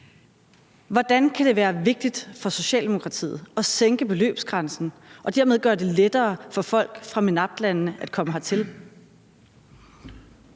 Hvordan kan det være vigtigt for Socialdemokratiet at sænke beløbsgrænsen og dermed gøre det lettere for folk fra MENAPT-landene at komme hertil?